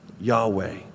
Yahweh